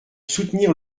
soutenir